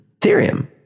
Ethereum